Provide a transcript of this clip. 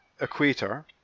equator